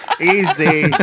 easy